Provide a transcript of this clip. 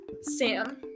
Sam